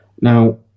Now